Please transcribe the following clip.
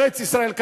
בארץ-ישראל,